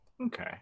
Okay